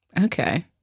Okay